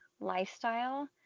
lifestyle